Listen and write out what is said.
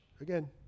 Again